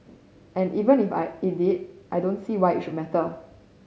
and even if I it did I don't see why it should matter